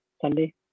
Sunday